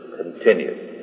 continued